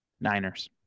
Niners